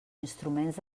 instruments